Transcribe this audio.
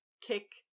kick